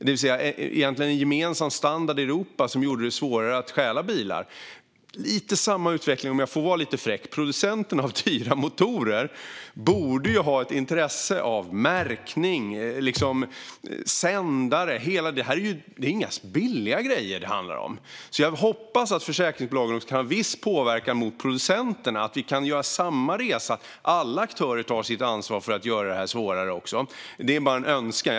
Det är egentligen en gemensam standard i Europa som har gjort det svårare att stjäla bilar. Om jag får vara lite fräck borde producenterna av dyra motorer ha ett intresse av märkning och sändare. Detta handlar inte om några billiga grejer. Jag hoppas därför att försäkringsbolagen kan ha viss påverkan på producenterna så att samma resa kan göras där och att alla aktörer tar sitt ansvar för att göra detta svårare. Detta är bara en önskan.